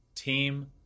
Team